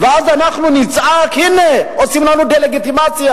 ואז אנחנו נצעק: הנה, עושים לנו דה-לגיטימציה.